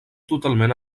totalment